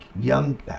young